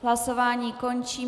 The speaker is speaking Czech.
Hlasování končím.